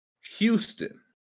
Houston